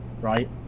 Right